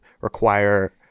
require